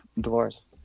Dolores